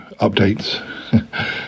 updates